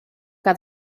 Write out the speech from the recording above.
que